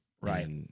right